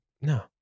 No